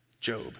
Job